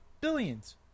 billions